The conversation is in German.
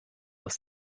aus